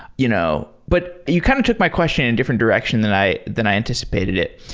you know but you kind of took my question in different direction than i than i anticipated it.